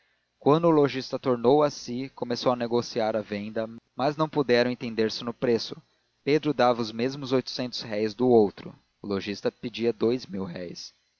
quando o lojista tornou a si começou a negociar a venda mas não puderam entender-se no preço pedro dava os mesmos oitocentos réis do outro o lojista pedia dous